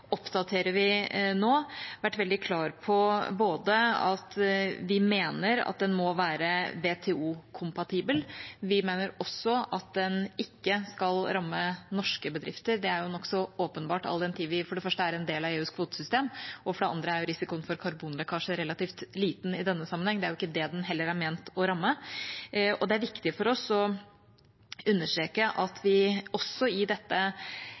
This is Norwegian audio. oppdaterer vi nå – vært veldig klar på at vi mener at den må være WTO-kompatibel. Vi mener også at den ikke skal ramme norske bedrifter. Det er nokså åpenbart all den tid vi for det første er en del av EUs kvotesystem, og for det andre er risikoen for karbonlekkasje relativt liten i denne sammenheng. Det er jo ikke det den heller er ment å ramme. Det er viktig for oss å understreke at vi også i dette